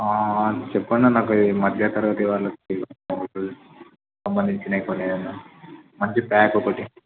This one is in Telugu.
చెప్పండి అన్న ఒక మధ్యతరగతి వాళ్ళకి సంబంధించినవి కొన్ని ఏమన్న మంచి యాప్స్ ఒకటి